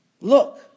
Look